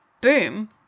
boom